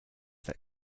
that